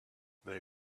they